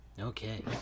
Okay